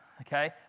okay